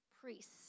priests